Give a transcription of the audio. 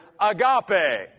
agape